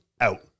out